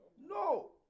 No